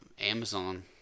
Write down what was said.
Amazon